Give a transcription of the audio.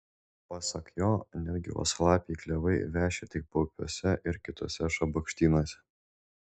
pasak jo netgi uosialapiai klevai veši tik paupiuose ir kituose šabakštynuose